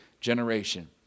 generation